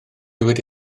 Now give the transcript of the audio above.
wedi